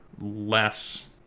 less